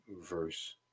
verse